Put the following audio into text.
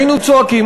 היינו צועקים,